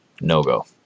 no-go